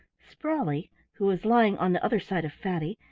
sprawley, who was lying on the other side of fatty,